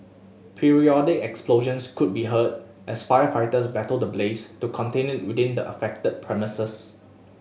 periodic explosions could be heard as firefighters battle the blaze to contain it within the affected premises